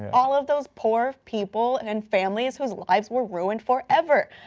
all of those poor people and and families whose lives were run forever.